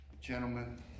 Gentlemen